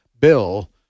bill